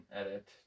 edit